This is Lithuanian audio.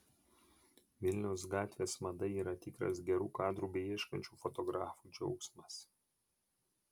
vilniaus gatvės mada yra tikras gerų kadrų beieškančių fotografų džiaugsmas